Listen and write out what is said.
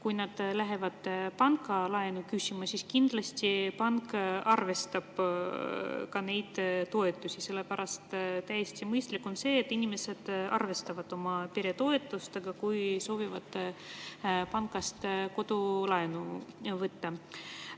lähevad panka laenu küsima, siis kindlasti pank arvestab neid toetusi. Täiesti mõistlik on see, et inimesed arvestavad peretoetustega, kui soovivad pangast kodulaenu võtta.